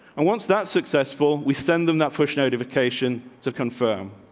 and wants that successful. we send them that push notification to confirm.